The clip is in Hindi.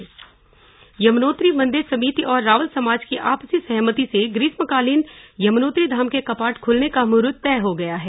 यमुनोत्री कपाट यमुनोत्री मंदिर समिति और रावल समाज की आपसी सहमति से ग्रीष्म कालीन यमुनोत्री धाम के कपाट खुलने का मुहूर्त तय हो गया है